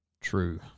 True